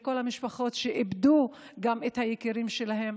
לכל המשפחות שאיבדו את היקרים שלהם,